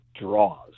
draws